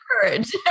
courage